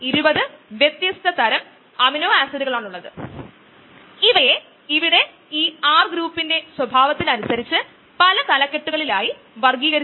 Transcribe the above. ഇതിന്റെ വ്യുൽപ്പന്നം തരുന്നത് ഇവിടെ കാണാനാകുന്നതുപോലെ അൺകോംപ്റ്റിറ്റിവ് ഇൻഹിബിഷനു ആയി vm K m എന്നിവ മാറ്റം വരുത്തി